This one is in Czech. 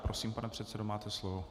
Prosím, pane předsedo, máte slovo.